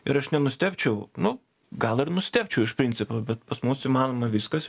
ir aš nenustebčiau nu gal ir nustebčiau iš principo bet pas mus įmanoma viskas